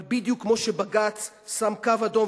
אבל בדיוק כמו שבג"ץ שם קו אדום,